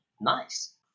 nice